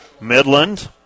Midland